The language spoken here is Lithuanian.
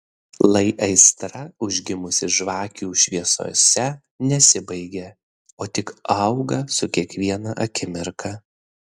lai aistra užgimusi žvakių šviesose nesibaigia o tik auga su kiekviena akimirka